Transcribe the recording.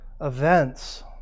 events